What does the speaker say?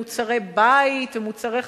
מוצרי בית ומוצרי חשמל.